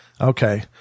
Okay